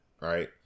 right